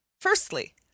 Firstly